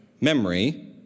Memory